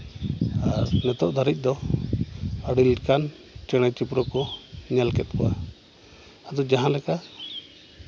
ᱟᱨ ᱱᱤᱛᱚᱜ ᱫᱷᱟᱹᱨᱤᱡ ᱫᱚ ᱟᱹᱰᱤ ᱞᱮᱠᱟᱱ ᱪᱮᱬᱮ ᱪᱤᱯᱨᱩᱫ ᱠᱚ ᱧᱮᱞ ᱠᱮᱜ ᱠᱚᱣᱟ ᱟᱫᱚ ᱡᱟᱦᱟᱸ ᱞᱮᱠᱟ